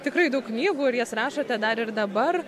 tikrai daug knygų ir jas rašote dar ir dabar